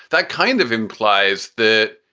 that kind of implies that.